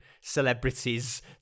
celebrities